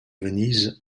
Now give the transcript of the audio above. venise